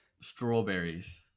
strawberries